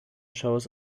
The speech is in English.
shows